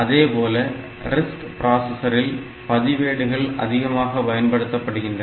அதேபோல RISC பிராசஸரில் பதிவேடுகள் அதிகமாக பயன்படுத்தப்படுகின்றன